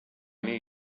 nii